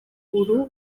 buhuru